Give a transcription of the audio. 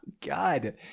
god